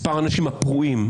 מספר האנשים הפרועים,